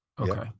okay